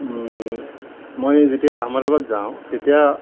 মই যেতিয়া আহমেদাবাদ যাওঁ তেতিয়া